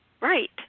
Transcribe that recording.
right